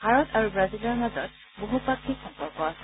ভাৰত আৰু ব্ৰাজিলৰ মাজত বহুপাক্ষিক সম্পৰ্ক আছে